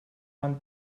one